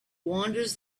wanders